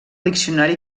diccionari